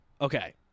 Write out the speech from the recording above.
Okay